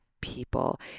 people